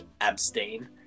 abstain